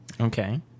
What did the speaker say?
Okay